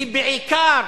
היא בעיקר